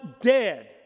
dead